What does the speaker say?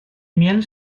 miel